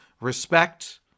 respect